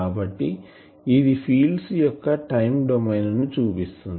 కాబట్టి ఇది ఫీల్డ్స్ యొక్క టైం డొమైన్ ను చూపిస్తుంది